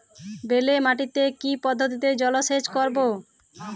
বেলে মাটিতে কি পদ্ধতিতে জলসেচ করব?